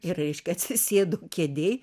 ir reiškia atsisėdu kėdėj